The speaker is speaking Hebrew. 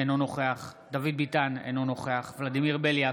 אינו נוכח דוד ביטן, אינו נוכח ולדימיר בליאק,